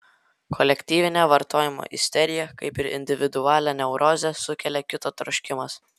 kolektyvinę vartojimo isteriją kaip ir individualią neurozę sukelia kito troškimas